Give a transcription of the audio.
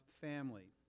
family